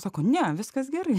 sako ne viskas gerai